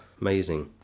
amazing